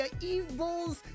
Evils